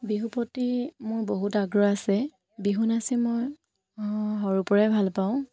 বিহুৰ প্ৰতি মোৰ বহুত আগ্ৰহ আছে বিহু নাচি মই অঁ সৰুৰ পৰাই ভাল পাওঁ